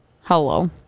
Hello